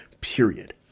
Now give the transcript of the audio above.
Period